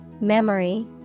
memory